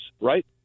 right